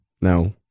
No